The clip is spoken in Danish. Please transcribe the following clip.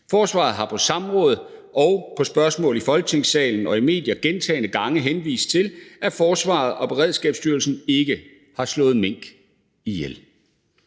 Forsvarsministeren har på samråd, ved spørgsmål i Folketingssalen og i medier gentagne gange henvist til, at forsvaret og Beredskabsstyrelsen ikke har slået mink ihjel.